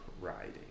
riding